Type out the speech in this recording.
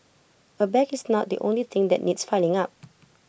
A bag is not the only thing that needs filling up